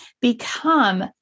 become